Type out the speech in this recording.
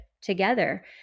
together